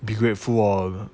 be grateful of